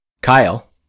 Kyle